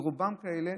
ורובם כאלה,